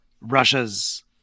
Russia's